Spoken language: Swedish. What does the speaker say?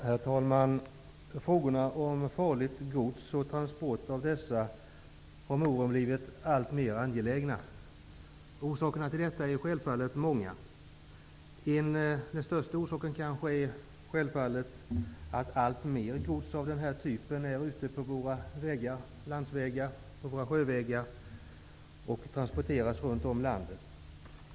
Herr talman! Frågorna om farligt gods och transport av dessa har med åren blivit alltmer angelägna. Det finns självfallet många orsaker till detta. Den största orsaken är nog att alltmer gods av den här typen transporteras på våra lands och sjövägar runt om i landet.